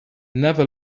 never